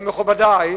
מכובדי,